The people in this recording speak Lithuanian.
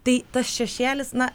tai tas šešėlis na